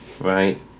right